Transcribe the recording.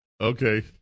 okay